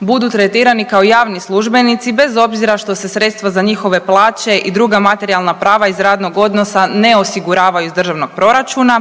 budu tretirani kao javni službenici bez obzira što se sredstva za njihove plaća i druga materijalna prava iz radnog odnosa ne osiguravaju iz državnog proračuna.